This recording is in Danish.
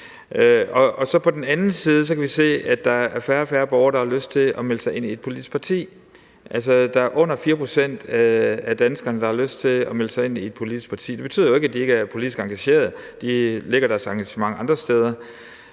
På den anden side kan vi så se, at der er færre og færre borgere, der har lyst til at melde sig ind i et politisk parti. Altså, der er under 4 pct. af danskerne, der har lyst til at melde sig ind i et politisk parti – det betyder jo ikke, at de ikke er politisk engagerede, men de lægger deres engagement andre steder